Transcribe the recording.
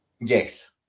yes